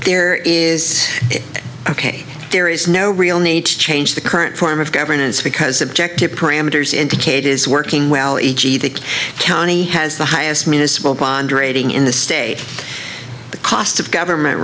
there is ok there is no real need to change the current form of governance because objective parameters indicate is working well e g the county has the highest municipal bond rating in the state the cost of government